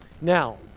Now